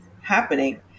happening